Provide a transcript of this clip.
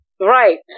Right